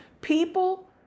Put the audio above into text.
People